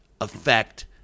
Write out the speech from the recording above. affect